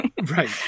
Right